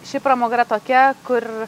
ši pramoga yra tokia kur